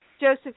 Joseph